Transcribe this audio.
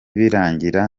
birangira